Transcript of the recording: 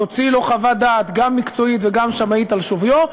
תוציא לו חוות דעת גם מקצועית וגם שמאית על שוויו.